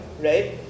right